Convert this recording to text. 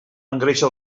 engreixa